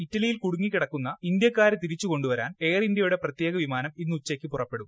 ഇറ്റലിയിൽ കുടുങ്ങിക്കിടക്കുന്ന ഇന്ത്യക്കാരെ തിരിച്ചുകൊണ്ടുവരാൻ എയർ ഇന്ത്യയുടെ പ്രത്യേക വിമാനം ഇന്നുച്ചയ്ക്ക് പുറപ്പെടും